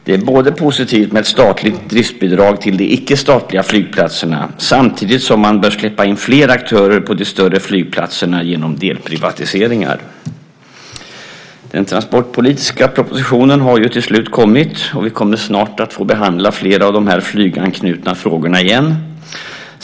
Det är positivt med ett statligt driftsbidrag till de icke-statliga flygplatserna samtidigt som man bör släppa in fler aktörer på de större flygplatserna genom delprivatiseringar. Den transportpolitiska propositionen kom till slut. Vi kommer snart att få behandla flera av de här flyganknutna frågorna igen.